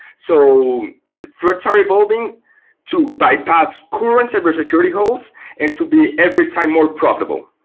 so threats are evolving to bypass current cyber security host and to be every time more profitable.